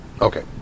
Okay